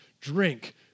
drink